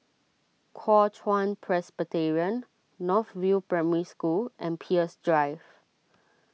Kuo Chuan Presbyterian North View Primary School and Peirce Drive